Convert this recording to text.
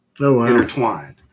intertwined